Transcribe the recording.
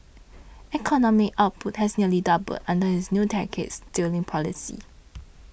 economic output has nearly doubled under his two decades steering policy